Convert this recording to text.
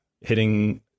hitting